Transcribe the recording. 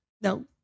No